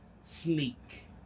sneak